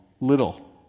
little